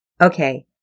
Okay